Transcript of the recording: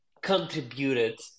contributed